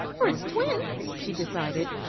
or its twin, she decided.